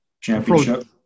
championship